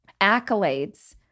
accolades